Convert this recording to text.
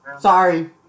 Sorry